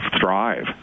thrive